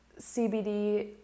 CBD